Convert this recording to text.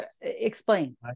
explain